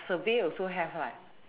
survey also have right